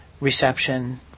reception